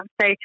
say